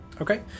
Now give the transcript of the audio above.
Okay